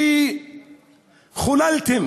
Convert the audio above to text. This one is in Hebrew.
שחיללתם